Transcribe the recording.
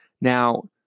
Now